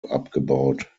abgebaut